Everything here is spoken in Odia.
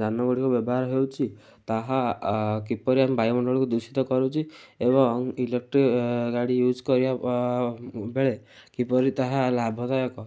ଯାନ ଗୁଡ଼ିକ ବ୍ୟବହାର ହେଉଛି ତାହା କିପରି ଆମ ବାୟୁମଣ୍ଡଳକୁ ଦୂଷିତ କରୁଛି ଏବଂ ଇଲେକଟ୍ରିକ୍ ଗାଡ଼ି ୟୁଜ୍ କରିବା ବେଳେ କିପରି ତାହା ଲାଭଦାୟକ